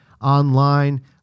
online